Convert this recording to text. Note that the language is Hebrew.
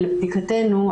לבדיקתנו,